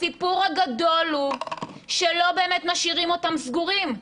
הסיפור הגדול הוא שלא באמת משאירים אותם סגורים,